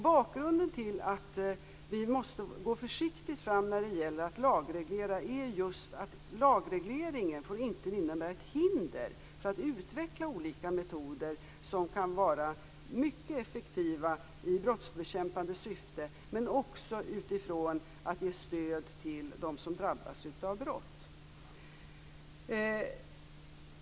Bakgrunden till att vi måste gå försiktigt fram när det gäller att lagreglera är just att lagregleringen inte får innebära ett hinder för att utveckla olika metoder som kan vara mycket effektiva i brottsbekämpande syfte men också utifrån att ge stöd till dem som drabbas av brott.